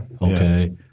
Okay